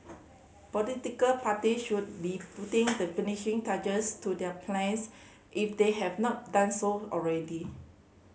political party should be putting the finishing touches to their plans if they have not done so already